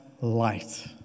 light